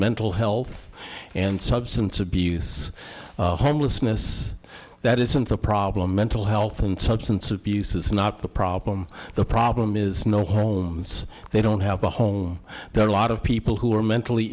mental health and substance abuse homelessness that isn't the problem mental health and substance abuse is not the problem the problem is no homes they don't have a home there are a lot of people who are mentally